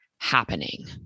happening